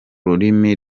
rurimi